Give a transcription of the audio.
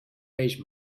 peix